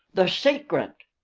the secret!